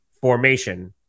formation